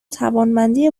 توانمندی